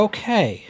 Okay